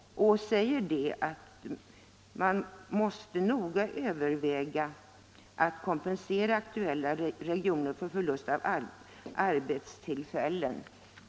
Vi säger att man måste noga överväga ”att kompensera aktuella regioner för den förlust av arbetstillfällen som beslutet innebär.